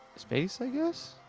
space, i guess.